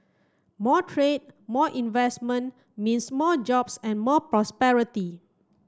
more trade more investment means more jobs and more prosperity